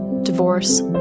divorce